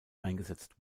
eingesetzt